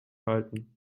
halten